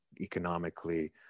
economically